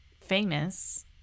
famous